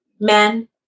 men